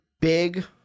big